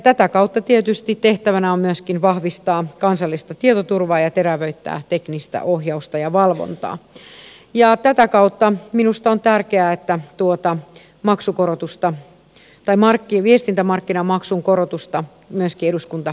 tätä kautta tietysti tehtävänä on myöskin vahvistaa kansallista tietoturvaa ja terävöittää teknistä ohjausta ja valvontaa ja tätä kautta minusta on tärkeää että tuota viestintämarkkinamaksun korotusta myöskin eduskunta päätyy tukemaan